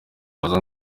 bizaza